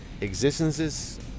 existences